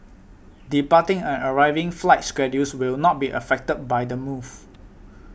departing and arriving flight schedules will not be affected by the move